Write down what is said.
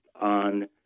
on